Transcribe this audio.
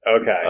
okay